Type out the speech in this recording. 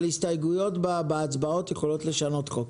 אבל הסתייגויות בהצבעות יכולות לשנות חוק.